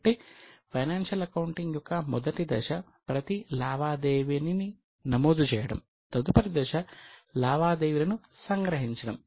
కాబట్టి financial accounting యొక్క మొదటి దశ ప్రతి లావాదేవీని నమోదు చేయడం తదుపరి దశ లావాదేవీలను సంగ్రహించడం